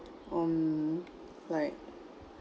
um like